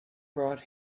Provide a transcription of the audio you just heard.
brought